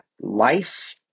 life